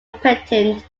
patent